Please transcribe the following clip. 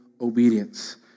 obedience